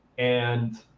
and